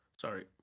Sorry